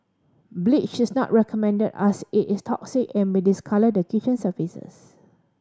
bleach is not recommended as it is toxic and may discolour the kitchen surfaces